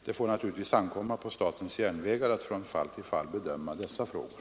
Det får naturligtvis ankomma på statens järnvägar att från fall till fall bedöma dessa frågor.